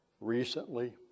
recently